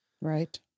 Right